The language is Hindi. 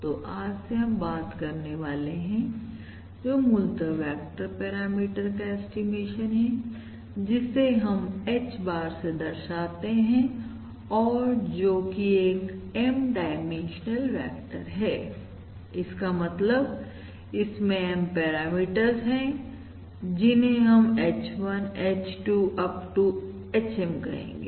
तो आज से हम क्या बात करने वाले हैं जो मूलतः वेक्टर पैरामीटर का ऐस्टीमेशन है जिसे हम H bar से दर्शाते हैं जो कि एक M डाइमेंशनल वेक्टर हैइसका मतलब इसमें M पैरामीटर्स है जिन्हें हम H1 H2 up to HM के द्वारा दर्शाते हैं